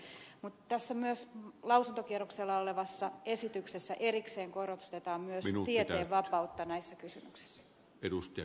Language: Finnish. mutta myös tässä lausuntokierroksella olevassa esityksessä erikseen korostetaan tieteen vapautta näissä kysymyksissä